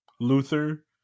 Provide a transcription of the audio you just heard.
Luther